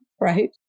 right